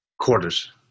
Quarters